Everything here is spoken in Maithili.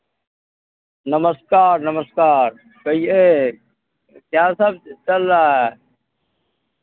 नमस्कार नमस्कार कहिए क्या सब चल रहा है